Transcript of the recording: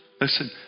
Listen